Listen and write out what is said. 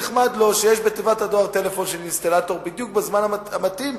נחמד לו שיש בתיבת הדואר טלפון של אינסטלטור בדיוק בזמן המתאים,